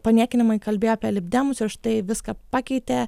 paniekinamai kalbėjo apie libdemus ir štai viską pakeitė